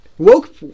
Woke